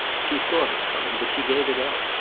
she thought of coming, but she gave it up.